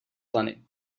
pleny